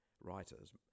writers